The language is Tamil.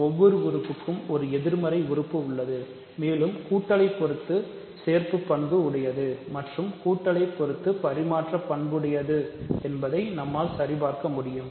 ஒவ்வொரு உறுப்புக்கும் ஒரு எதிர்மறை உறுப்பு உள்ளது மேலும் கூட்டலை பொறுத்து சேர்ப்பு பண்புடையது மற்றும் கூட்டலை பொறுத்து பரிமாற்ற பண்புடையது என்பதை நம்மால் சரி பார்க்க முடியும்